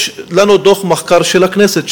יש לנו דוח מחקר של הכנסת,